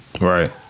Right